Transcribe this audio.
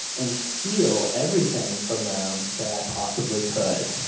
and steal everything from them that i possibly could.